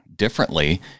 Differently